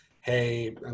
hey